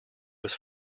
was